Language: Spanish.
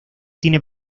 tiene